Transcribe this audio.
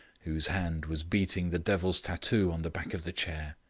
whose hand was beating the devil's tattoo on the back of the chair.